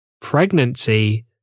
pregnancy